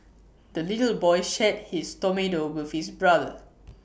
the little boy shared his tomato with his brother